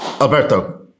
Alberto